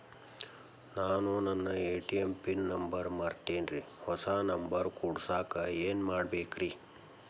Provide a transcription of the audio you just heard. ನಾನು ನನ್ನ ATM pin number ಮರ್ತೇನ್ರಿ, ಹೊಸಾ ನಂಬರ್ ಕುಡಸಾಕ್ ಏನ್ ಮಾಡ್ಬೇಕ್ರಿ?